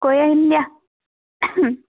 কৰি আহিম দিয়া